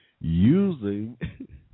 using